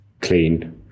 clean